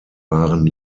waren